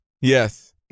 Yes